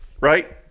right